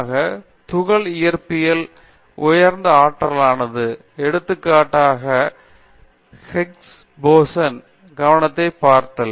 நிர்மலா உதாரணமாக துகள் இயற்பியலில் உயர்ந்த ஆற்றலானது எடுத்துக்காட்டாக ஹிக்ஸ் போஸானின் கவனத்தை ஈர்த்தது